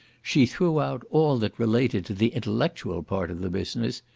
she threw out all that related to the intellectual part of the business,